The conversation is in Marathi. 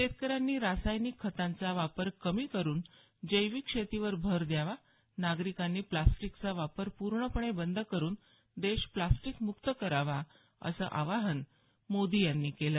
शेतकऱ्यांनी रासायनिक खतांचा वापर कमी करून जैविक शेतीवर भर द्यावा नागरिकांनी प्लास्टिकचा वापर पूर्णपणे बंद करून देश प्लास्टिकमुक्त करावा असं आवाहन मोदी यांनी केलं